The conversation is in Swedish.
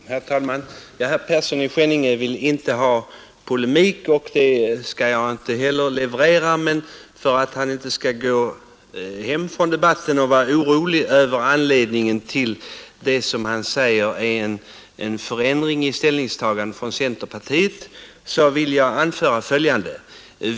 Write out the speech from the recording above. Herr talman! Herr Persson i Skänninge vill inte ha någon polemik, och någon sådan skall jag inte heller leverera, men för att han inte skall gå hem från debatten och vara orolig över anledningen till vad han betecknar som en förändring i centerpartiets inställning vill jag anföra följande.